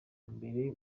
mbere